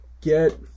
get